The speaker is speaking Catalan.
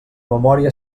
memòria